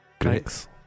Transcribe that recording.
Thanks